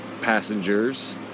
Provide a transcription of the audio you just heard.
passengers